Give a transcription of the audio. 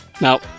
Now